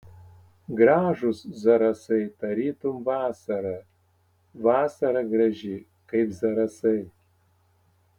gražūs zarasai tarytum vasara vasara graži kaip zarasai